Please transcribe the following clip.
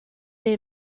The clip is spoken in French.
est